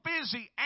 busy